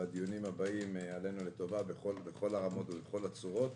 בדיונים הבאים עלינו לטובה בכל הרמות ובכל הצורות.